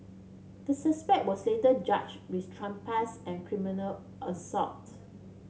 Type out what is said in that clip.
the suspect was later charged with trespass and criminal assault